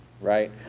right